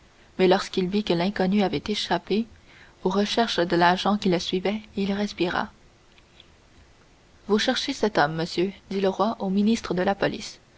mais lorsqu'il vit que l'inconnu avait échappé aux recherches de l'agent qui le suivait il respira vous chercherez cet homme monsieur dit le roi au ministre de la police